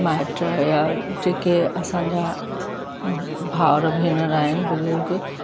माइट यां जेके असांजा भावर भेनर आहिनि बुज़ुर्ग